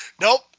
Nope